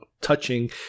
touching